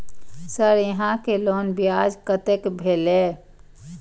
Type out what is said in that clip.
Sir यहां के loan ब्याज कतेक भेलेय?